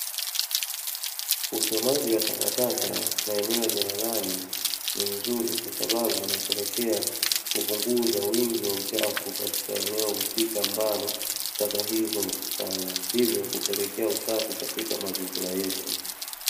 Uchomaji wa takataka maeneo ya jalalani ni mzuri kwa sababu unapelekea kupunguza wingi wa uchafu katika eneo husika ambalo taka hizo hukusanywa, hivyo kupelekea usafi katika mazingira yetu.